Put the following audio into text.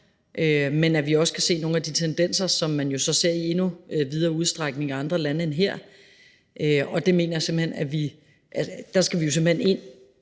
men også nogle af de tendenser, som man jo ser i endnu videre udstrækning i andre lande end her, og der skal vi jo simpelt hen ind før. Vi skal simpelt hen have